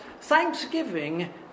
thanksgiving